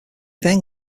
then